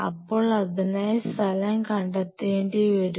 അപ്പോൾ അതിനായി സ്ഥലം കണ്ടെത്തേണ്ടിവരും